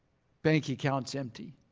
bank accounts empty.